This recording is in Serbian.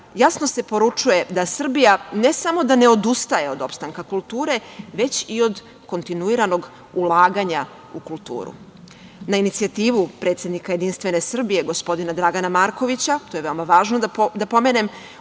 jasno se poručuje da Srbija ne samo da ne odustaje od opstanka kulture, već i od kontinuiranog ulaganja u kulturu. Na inicijativu predsednika JS, gospodina Dragana Markovića, to je veoma važno da pomenem,